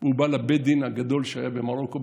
הוא בא לבית הדין הגדול שהיה במרוקו,